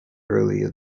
earlier